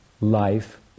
life